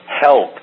help